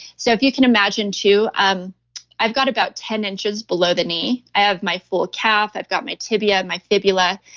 so if you can imagine, too, um i've got about ten inches below the knee. i have my full calf, i've got my tibia and my fibula.